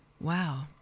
Wow